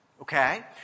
Okay